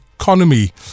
economy